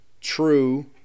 true